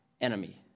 enemy